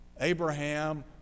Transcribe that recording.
Abraham